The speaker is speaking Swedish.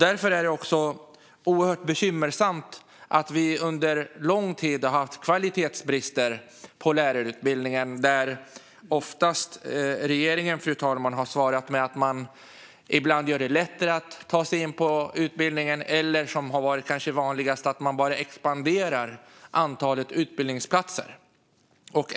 Därför är det oerhört bekymmersamt att vi under lång tid har haft kvalitetsbrister i lärarutbildningen. Regeringen har svarat genom att ibland göra det lättare att ta sig in på utbildningen. Och det som kanske har varit vanligast är att bara expandera antalet utbildningsplatser.